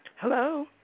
Hello